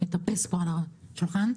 מטפס פה על השולחן.